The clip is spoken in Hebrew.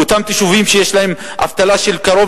ואותם יישובים שיש בהם אבטלה של קרוב